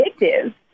addictive